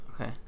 Okay